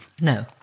No